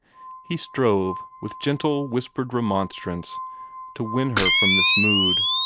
he strove with gentle, whispered remonstrance to win her from this mood,